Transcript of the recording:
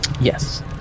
Yes